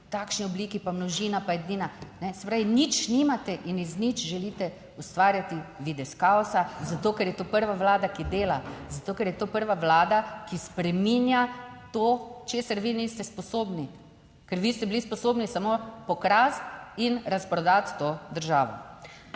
v takšni obliki pa množina pa edina. Se pravi, nič nimate in iz nič želite ustvarjati videz kaosa, zato, ker je to prva Vlada, ki dela, zato ker je to prva vlada, ki spreminja to, česar vi niste sposobni, ker vi ste bili sposobni samo pokrasti in razprodati to državo